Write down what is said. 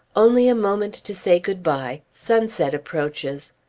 only a moment to say good-bye. sunset approaches.